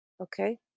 okay